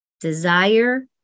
desire